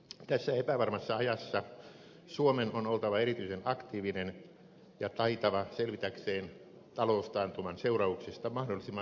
tässä epävarmassa ajassa suomen on oltava erityisen aktiivinen ja taitava selvitäkseen taloustaantuman seurauksista mahdollisimman vähällä